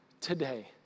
today